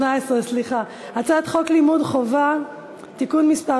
הצעת חוק לימוד חובה (תיקון מס'